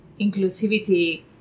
inclusivity